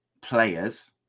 players